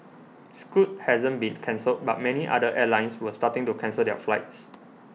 Scoot hasn't been cancelled but many other airlines were starting to cancel their flights